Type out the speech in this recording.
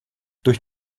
durch